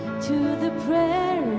to the breadth